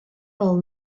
del